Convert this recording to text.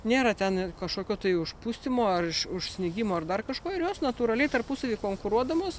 nėra ten ir kažkokio tai užpustymo ar užsnigimo ar dar kažko ir jos natūraliai tarpusavy konkuruodamos